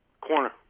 Corner